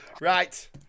right